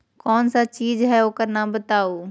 कौन सा चीज है ओकर नाम बताऊ?